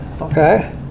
Okay